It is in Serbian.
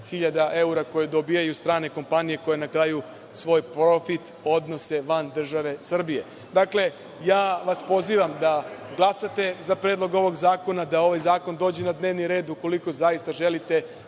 evra koje dobijaju strane kompanije koje na kraju svoj profit odnose van države Srbije. Dakle, ja vas pozivam da glasate za predlog ovog zakona, da ovaj zakon dođe na dnevni red, ukoliko zaista želite